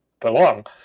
belong